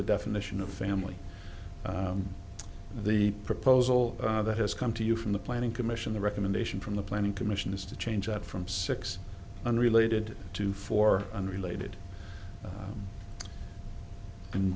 the definition of family the proposal that has come to you from the planning commission the recommendation from the planning commission is to change it from six unrelated to four unrelated